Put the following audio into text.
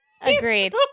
Agreed